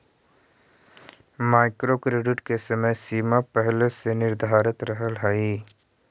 micro credit के समय सीमा पहिले से निर्धारित रहऽ हई